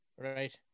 Right